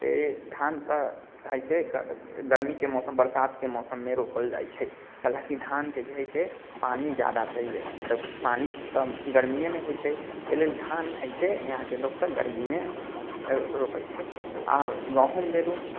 के धान तऽ हय छै गरमीके मौसम बरसातके मौसममे रोपल जाइ छै कैलाकि धानके जे हयसे पानि जादा चाहियै तऽ पानि तऽ गरमीयेमे होइ छै अइ लेल धान हय छै यहाँके लोक सब गरमीमे रोपै छै आओर गहुँम लेलु